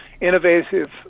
innovative